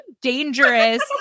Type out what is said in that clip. dangerous